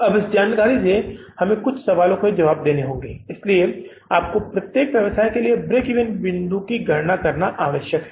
अब इस जानकारी से हमें कुछ सवालों के जवाब देने होंगे इसलिए आपको प्रत्येक व्यवसाय के लिए ब्रेक ईवन बिंदु की गणना करना आवश्यक है